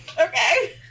Okay